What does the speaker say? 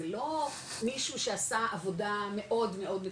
זה לא מישהו שעשה עבודה מאוד מאד מתוחכמת.